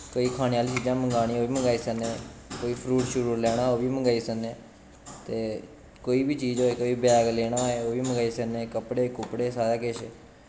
कोई खाने आह्ली चीजां मंगानियां होन ओह् बी मंगई सकने कोई फरूट शरूट लैना होए ओह बी मंगई सकने ते कोई बी चीज होए कोई बैग लेना होऐ ओह् बी मंगाई सकने कपड़े कुपड़े सारा किश